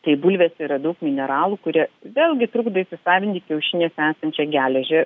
tai bulvėse yra daug mineralų kurie vėlgi trukdo įsisavinti kiaušiniuose esančią geležį